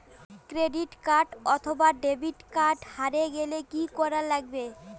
Credit card অথবা debit card হারে গেলে কি করা লাগবে?